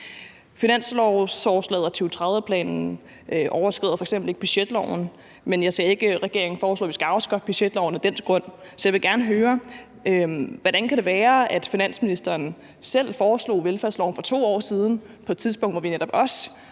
Finanslovsforslaget og 2030-planen overskrider f.eks. ikke budgetloven, men jeg ser ikke regeringen foreslå, at vi skal afskaffe budgetloven af den grund. Så jeg vil gerne høre, hvordan det kan være, at finansministeren selv foreslog velfærdsloven for 2 år siden, på et tidspunkt hvor vi netop også